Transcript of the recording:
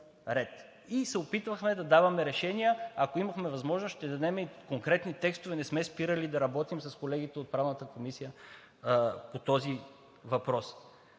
и се опитвахме да даваме решения. Ако имахме възможност, щяхме дадем и конкретни текстове – не сме спирали да работим с колегите от Правната комисия по този въпрос.